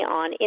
on